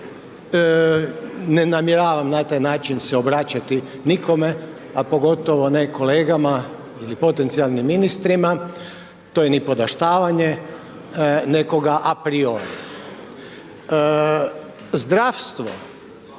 ne namjeravam na taj način se obraćati nikome, a pogotovo ne kolegama ili potencijalnim ministrima, to je nipodaštavanje nekoga a priori. Zdravstvo